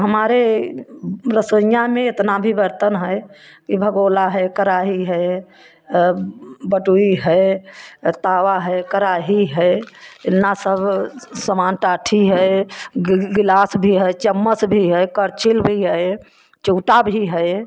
हमारे रसोइयाँ में इतना भी बर्तन है कि भगौना है कराही है बटुई है तावा है कराही है इतना सब समान टाठी है गिलास भी है चम्मच भी है कड़छुल भी है चूँटा भी है